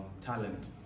talent